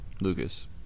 Lucas